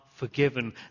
forgiven